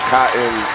Cotton